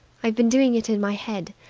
i've been doing it in my head.